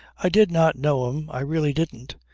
i did not know him. i really didn't.